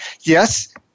Yes